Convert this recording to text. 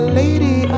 lady